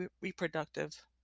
reproductive